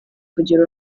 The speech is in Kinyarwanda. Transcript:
kugira